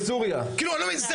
כאילו אני לא מבין,